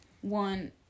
one